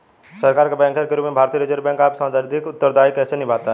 सरकार का बैंकर के रूप में भारतीय रिज़र्व बैंक अपना सांविधिक उत्तरदायित्व कैसे निभाता है?